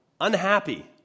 unhappy